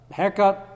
haircut